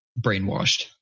brainwashed